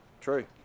True